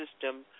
system